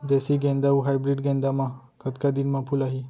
देसी गेंदा अऊ हाइब्रिड गेंदा म कतका दिन म फूल आही?